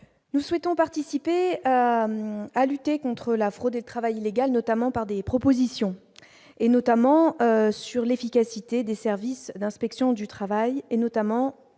nous souhaitons participer à lutter contre la fraude et travail illégal, notamment par des propositions et notamment sur l'efficacité des services d'inspection du travail et notamment